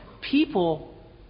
people